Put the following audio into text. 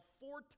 four